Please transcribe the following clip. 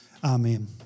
Amen